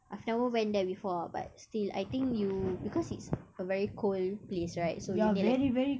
I've never went there before ah but still I think you because it's a very cold place right so we need a lot